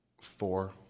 four